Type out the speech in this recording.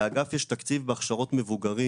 לאגף יש תקציב בהכשרות מבוגרים.